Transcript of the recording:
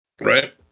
right